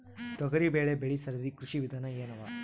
ತೊಗರಿಬೇಳೆ ಬೆಳಿ ಸರದಿ ಕೃಷಿ ವಿಧಾನ ಎನವ?